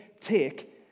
take